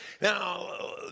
Now